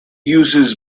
uses